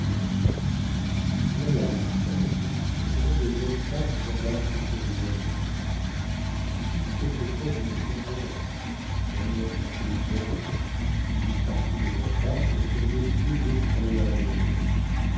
voilà camille comment de jeunes femmes s'embarquent sur des abîmes il suffit quelquefois d'une contredanse d'un air chanté au piano d'une partie de campagne pour décider d'effroyables malheurs